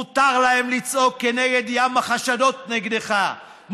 מותר להם לצעוק כנגד ים החשדות נגדך,